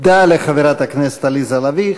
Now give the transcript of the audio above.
תודה לחברת הכנסת עליזה לביא.